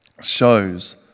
shows